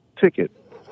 ticket